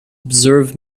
observe